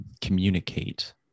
communicate